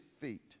feet